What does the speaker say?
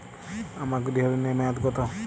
আমার গৃহ ঋণের মেয়াদ কত?